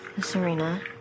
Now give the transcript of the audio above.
Serena